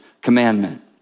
commandment